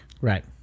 Right